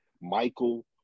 Michael